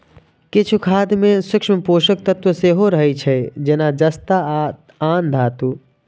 किछु खाद मे सूक्ष्म पोषक तत्व सेहो रहै छै, जेना जस्ता आ आन धातु